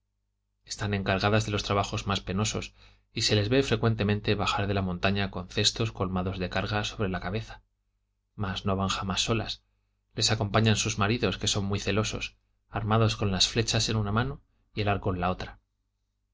están encargadas de los trabajos más penosos y se les ve frecuentemente bajar de la montaña con cestos colmados de carga sobre la cabeza mas no van jamás solas les acompañan sus maridos que son muy celosos armados con las flechas en una mano y el arco en la otra